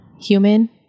human